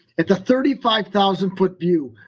it's a thirty five thousand foot view.